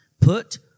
Put